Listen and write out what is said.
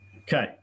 Okay